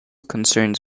concerns